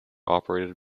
operated